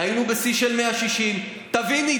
היינו בשיא של 160, תביני.